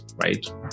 right